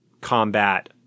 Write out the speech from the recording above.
combat